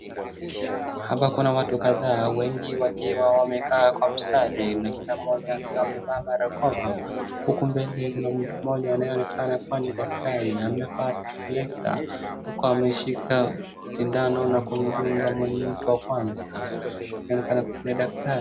Hapa kuna watu kadhaa, wengi wakiwa wamekaa kwa mstari na kila mmoja akiwa amevaa barakoa. Huku mbele kuna mtu mmoja anayeonekana kuwa ni daktari amevaa riflekta huku ameshika shindano na kumdunga mtu wa kwanza, inaonekana Kuna daktari